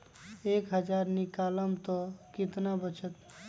एक हज़ार निकालम त कितना वचत?